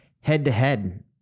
head-to-head